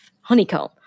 honeycomb